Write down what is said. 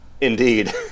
Indeed